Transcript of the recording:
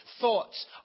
thoughts